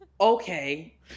okay